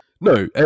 No